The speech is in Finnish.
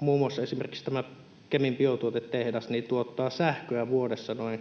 muassa esimerkiksi tämä Kemin biotuotetehdas tuottaa sähköä vuodessa noin